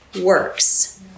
works